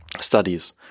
studies